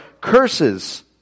curses